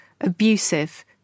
abusive